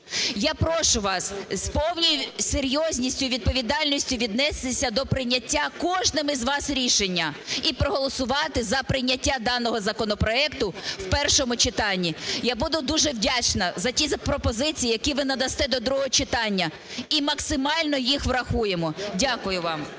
Я прошу вас з повною серйозністю і відповідальністю віднестися до прийняття кожним із вас рішення, і проголосувати за прийняття даного законопроекту в першому читанні. Я буду дуже вдячна за ті пропозиції, які ви надасте до другого читання, і максимально їх врахуємо. Дякую вам.